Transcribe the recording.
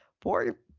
Poor